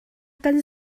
kan